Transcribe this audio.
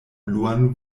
bluan